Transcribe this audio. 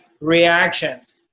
reactions